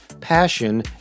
Passion